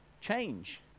Change